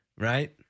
Right